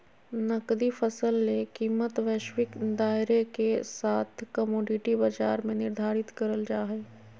नकदी फसल ले कीमतवैश्विक दायरेके साथकमोडिटी बाजार में निर्धारित करल जा हइ